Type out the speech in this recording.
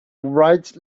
right